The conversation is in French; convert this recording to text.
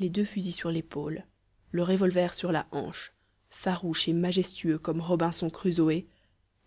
les deux fusils sur l'épaule le revolver sur la hanche farouche et majestueux comme robinson crusoé